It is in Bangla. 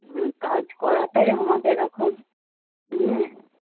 হুম কাজ করাটাই আমাদের এখন হ্যাঁ